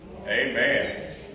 Amen